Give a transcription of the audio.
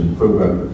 program